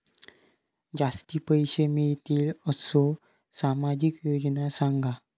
जास्ती पैशे मिळतील असो सामाजिक योजना सांगा?